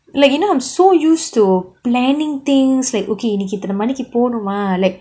like you know I'm so used to planning things like okay இன்னக்கி இத்தனை மணிக்கு போணுமா:innaki ithanai maniku ponumaa like